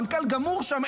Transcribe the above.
המנכ"ל גמור שם,